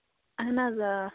اہن حظ آ